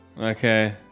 Okay